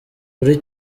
buri